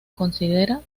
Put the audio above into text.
considera